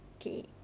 okay